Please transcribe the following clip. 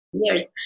years